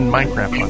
Minecraft